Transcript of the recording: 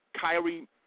Kyrie